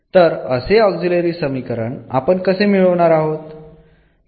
तर असे ऑक्झिलरी समीकरण आपण कसे मिळवणार आहोत